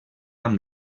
amb